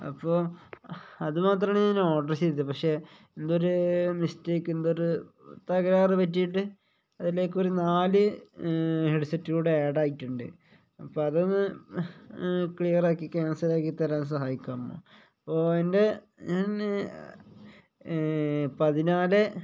അപ്പോള് അതുമാത്രമാണ് ഞാന് ഓർഡർ ചെയ്തത് പക്ഷെ എന്തോ ഒരു മിസ്റ്റേക്ക് എന്തോ ഒരു തകരാറ് പറ്റിയിട്ട് അതിലേക്കൊരു നാല് ഹെഡ്സെറ്റ് കൂടെ ആഡായിട്ടുണ്ട് അപ്പോള് അതൊന്ന് ക്ലിയറാക്കി ക്യാൻസലാക്കിത്തരാൻ സഹായിക്കാമോ അപ്പോള് എൻ്റെ ഞാന് പതിനാല്